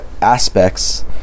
aspects